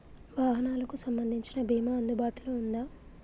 వాహనాలకు సంబంధించిన బీమా అందుబాటులో ఉందా?